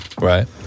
Right